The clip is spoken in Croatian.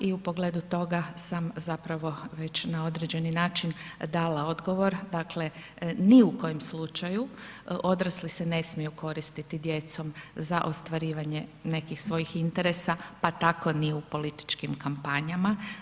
I u pogledu toga sam zapravo već na određeni način dala odgovor, dakle ni u kojem slučaju odrasli se ne smiju koristiti djecom za ostvarivanje nekih svojih interesa pa tako ni u političkim kampanjama.